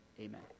amen